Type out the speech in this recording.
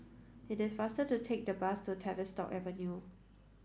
it is faster to take the bus to Tavistock Avenue